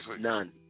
none